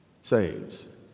saves